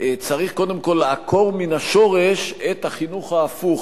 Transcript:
צריך קודם כול לעקור מן השורש את החינוך ההפוך,